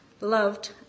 loved